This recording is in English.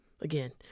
Again